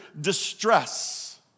distress